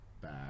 back